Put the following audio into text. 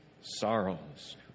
sorrows